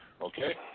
Okay